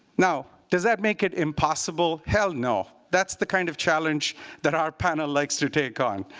now does that make it impossible? hell no. that's the kind of challenge that our panel likes to take on.